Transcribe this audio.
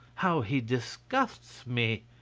how he disgusts me!